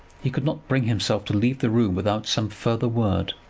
he could not bring himself to leave the room without some further word.